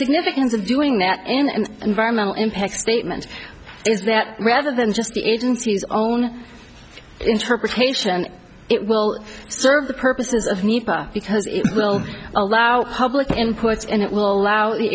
significance of doing that and environmental impacts statement is that rather than just the agency's own interpretation it will serve the purposes of need because it will allow public inputs and it will allow the